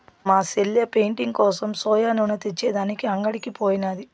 మా సెల్లె పెయింటింగ్ కోసం సోయా నూనె తెచ్చే దానికి అంగడికి పోయినాది